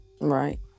right